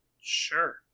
Sure